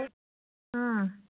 ꯎꯝ